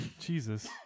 Jesus